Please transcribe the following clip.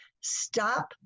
stop